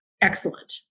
excellent